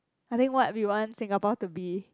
I think what we want Singapore to be